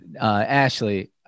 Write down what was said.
Ashley